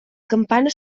campana